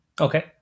Okay